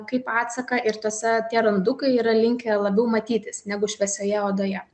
kaip atsaką ir tose tie randukai yra linkę labiau matytis negu šviesioje odoje